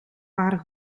haar